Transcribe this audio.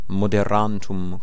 moderantum